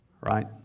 right